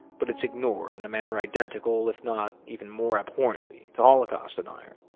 but it's ignored in a manner identical, if not even more abhorrently, to holocaust deniers.